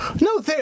No